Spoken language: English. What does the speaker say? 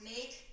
Make